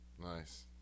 Nice